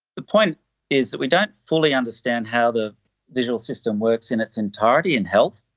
the point is that we don't fully understand how the visual system works in its entirety in health.